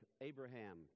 Abraham